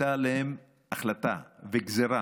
הייתה החלטה וגזרה